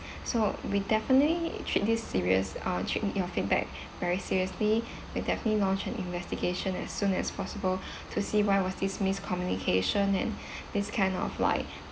so we definitely treat this serious uh treat your feedback very seriously we'll definitely launch an investigation as soon as possible to see why was this miscommunication and this kind of like